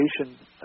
education